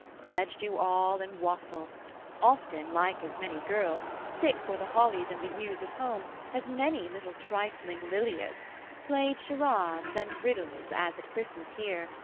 pledge you all in wassail often, like as many girls sick for the hollies and the yews of home as many little trifling lilias played charades and riddles as at christmas here,